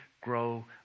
grow